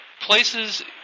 places